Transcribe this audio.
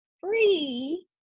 free